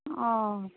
ᱻᱚ